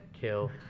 kill